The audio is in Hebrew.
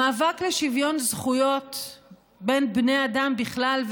המאבק לשוויון זכויות בין בני אדם בכלל,